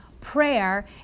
prayer